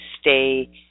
stay